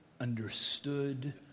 understood